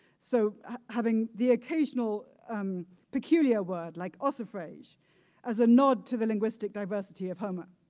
so having the occasional um peculiar word like ossifrage as a nod to the linguistic diversity of homer.